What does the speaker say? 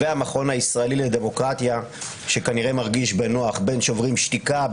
והמכון הישראלי לדמוקרטיה שכנראה מרגיש בנוח בין שוברים שתיקה,